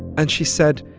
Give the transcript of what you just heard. and she said,